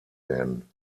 werden